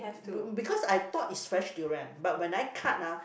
because I thought is fresh durian but when I cut lah